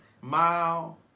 mile